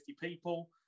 people